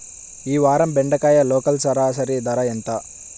ఈ వారం బెండకాయ లోకల్ సరాసరి ధర ఎంత?